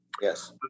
Yes